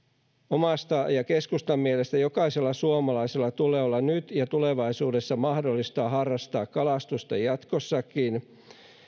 omasta mielestäni ja keskustan mielestä jokaisella suomalaisella tulee olla nyt ja tulevaisuudessa mahdollisuus harrastaa kalastusta jatkossakin